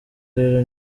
rero